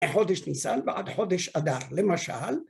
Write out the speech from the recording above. חודש ניסן ועד חודש אדר, למשל